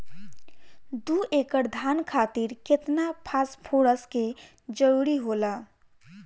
दु एकड़ धान खातिर केतना फास्फोरस के जरूरी होला?